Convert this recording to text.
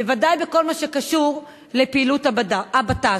בוודאי בכל מה שקשור לפעילות הבט"ש.